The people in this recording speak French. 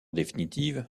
définitive